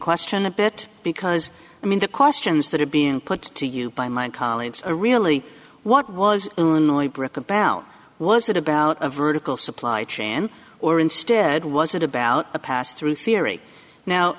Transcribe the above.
question a bit because i mean the questions that have been put to you by my colleagues are really what was illinois brick about was it about a vertical supply chain or instead was it about a pass through theory now